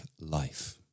life